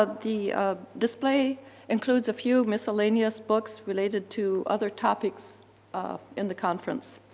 ah the display includes a few miscellaneous books related to other topics in the conference.